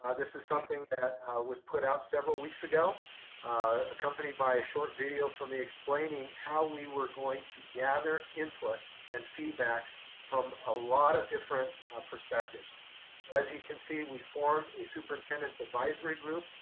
ah this is something that was put out several weeks ago accompanied by a short video from me explaining how we were going to gather input and feedback from a lot of different perspectives. so as you can see, we formed a superintendent's advisory group.